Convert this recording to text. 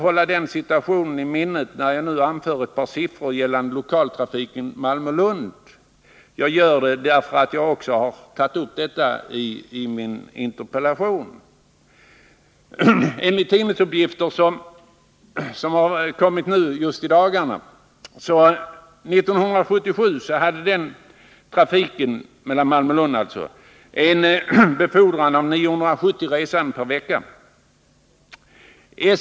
Håll denna situation i minnet när jag nu anför ett par siffror gällande lokaltrafiken Malmö-Lund. Jag gör det, eftersom jag har tagit upp detta också i min interpellation. Enligt tidningsuppgifter just i dagarna befordrades 1977 på denna sträcka 970 resande per vecka.